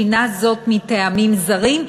שינה זאת מטעמים זרים,